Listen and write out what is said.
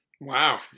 wow